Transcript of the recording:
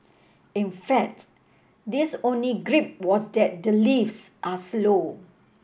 in fact this only gripe was that the lifts are slow